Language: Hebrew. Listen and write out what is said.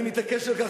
אני מתעקש על כך,